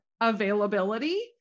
availability